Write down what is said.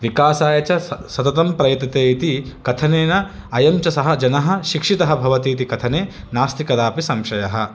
विकासाय च स सततं प्रयतते इति कथनेन अयं च सः जनः शिक्षितः भवति इति कथने नास्ति कदापि संशय